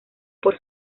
por